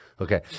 okay